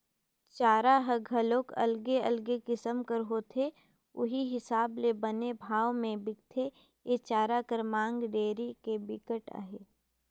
चारा हर घलोक अलगे अलगे किसम कर होथे उहीं हिसाब ले बने भाव में बिकथे, ए चारा कर मांग डेयरी में बिकट अहे